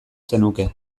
zenuke